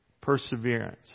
perseverance